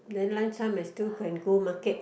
then lunch time I still can go market